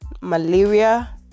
malaria